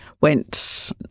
went